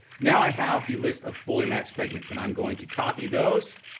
now i have the list of fully matched segments and i'm going to copy those.